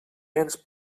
ens